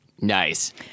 Nice